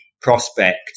prospect